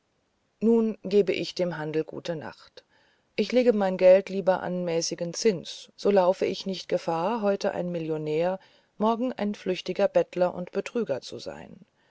nun gebe ich dem handel gute nacht ich lege mein geld lieber an mäßigen zins so laufe ich nicht gefahr heute ein millionär morgen ein flüchtiger bettler und betrüger zu sein